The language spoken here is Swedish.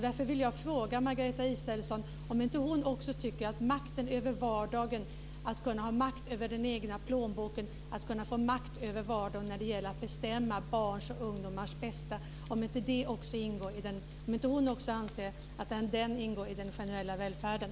Därför vill jag fråga Margareta Israelsson om inte hon också tycker att makten över vardagen och den egna plånboken och att bestämma över barns och ungdomars bästa också ingår in den generella välfärden.